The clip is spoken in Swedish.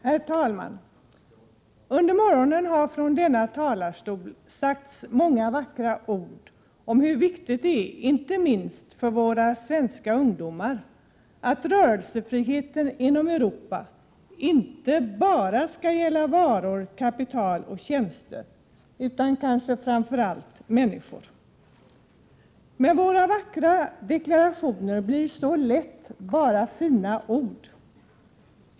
Herr talman! Under morgonen har från denna talarstol sagts många vackra ord om hur viktigt det är inte minst för våra svenska ungdomar att rörelsefriheten inom Europa inte bara skall gälla varor, kapital och tjänster utan kanske framför allt människor. Men våra vackra deklarationer blir så lätt bara fina ord.